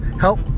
help